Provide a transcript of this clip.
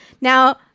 Now